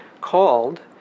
called